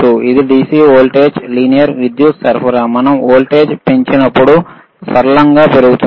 ఇది DC voltage linear విద్యుత్ సరఫరా మనం వోల్టేజ్ పెంచినప్పుడు సరళంగా పెరుగుతుంది